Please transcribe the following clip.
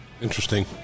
Interesting